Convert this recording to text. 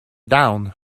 down